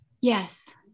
yes